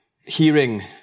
hearing